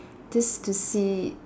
just to see